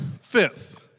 fifth